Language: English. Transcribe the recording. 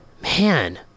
man